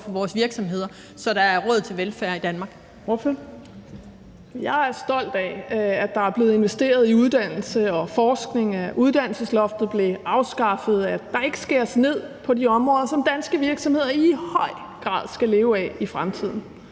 Ordføreren. Kl. 15:04 Sofie Carsten Nielsen (RV): Jeg er stolt af, at der er blevet investeret i uddannelse og forskning, at uddannelsesloftet blev afskaffet, og at der ikke skæres ned på de områder, som danske virksomheder i høj grad skal leve af i fremtiden.